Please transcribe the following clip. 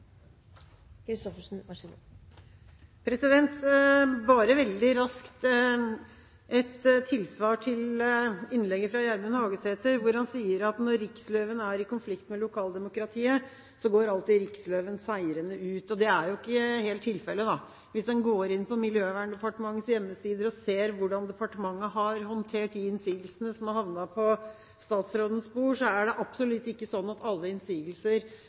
i konflikt med lokaldemokratiet, går alltid riksløven seirende ut. Det er ikke helt tilfellet. Hvis en går inn på Miljøverndepartementets hjemmesider og ser hvordan departementet har håndtert de innsigelsene som har havnet på statsrådens bord, er det absolutt ikke sånn at alle innsigelser